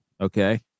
Okay